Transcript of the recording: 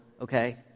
Okay